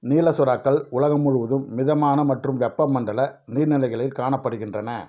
நீல சுறாக்கள் உலகம் முழுவதும் மிதமான மற்றும் வெப்பமண்டல நீர்நிலைகளில் காணப்படுகின்றன